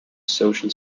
social